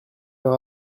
leur